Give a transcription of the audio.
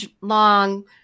long